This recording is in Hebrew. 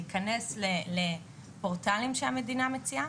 להיכנס לפורטלים שהמדינה מציעה.